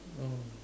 oh